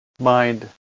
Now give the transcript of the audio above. mind